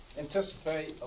Anticipate